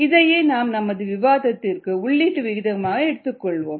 இதையே நாம் நமது விவாதத்திற்கு உள்ளீட்டு விகிதமாக எடுத்துக்கொள்வோம்